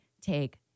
take